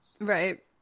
Right